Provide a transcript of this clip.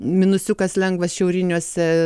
minusiukas lengvas šiauriniuose